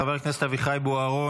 חבר הכנסת אביחי בוארון,